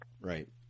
Right